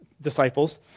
disciples